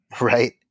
right